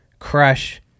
crush